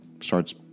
starts